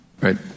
Right